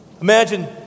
Imagine